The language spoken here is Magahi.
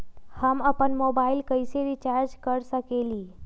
हम अपन मोबाइल कैसे रिचार्ज कर सकेली?